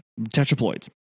tetraploids